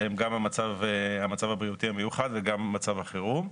שהם גם המצב הבריאותי המיוחד וגם מצב החירום.